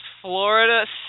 Florida